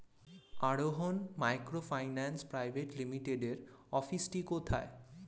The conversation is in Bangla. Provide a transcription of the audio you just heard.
আরোহন মাইক্রোফিন্যান্স প্রাইভেট লিমিটেডের অফিসটি কোথায়?